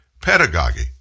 pedagogy